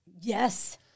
Yes